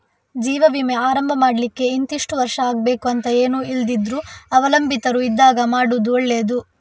ಜೀವ ವಿಮೆ ಆರಂಭ ಮಾಡ್ಲಿಕ್ಕೆ ಇಂತಿಷ್ಟು ವರ್ಷ ಆಗ್ಬೇಕು ಅಂತ ಏನೂ ಇಲ್ದಿದ್ರೂ ಅವಲಂಬಿತರು ಇದ್ದಾಗ ಮಾಡುದು ಒಳ್ಳೆದು